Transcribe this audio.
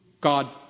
God